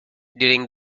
during